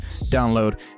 download